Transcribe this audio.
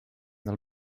del